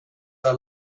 are